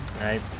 right